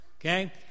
Okay